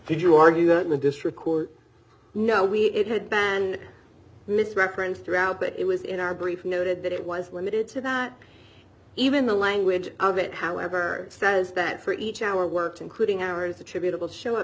if you argue that in the district court no we it had ban misrepresents throughout but it was in our brief noted that it was limited to that even the language of it however says that for each our work including ours attributable show up